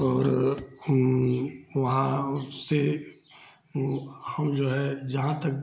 और वहाँ से हम जो है जहाँ तक